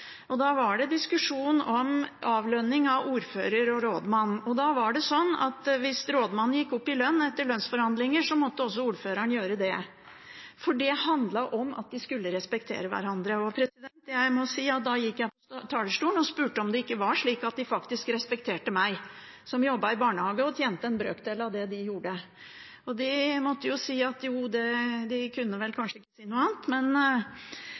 det diskusjon om avlønning av ordfører og rådmann. Det var slik at hvis rådmannen gikk opp i lønn i lønnsforhandlinger, måtte også ordføreren gjøre det, for det handlet om at man skulle respektere hverandre. Og jeg må si at da gikk jeg på talerstolen og spurte om det ikke var slik at de faktisk respekterte meg, som jobbet i barnehage og tjente en brøkdel av det de gjorde. De måtte jo si jo til det – de kunne vel kanskje ikke si noe annet – men